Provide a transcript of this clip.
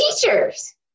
teachers